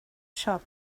shop